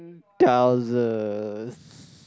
thousands